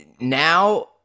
now